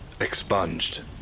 expunged